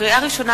לקריאה ראשונה,